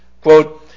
quote